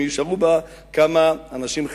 יישארו בה כמה אנשים חילונים.